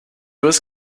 was